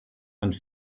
and